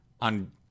on